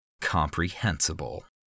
comprehensible